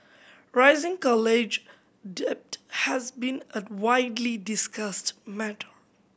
rising college debt has been a widely discussed matter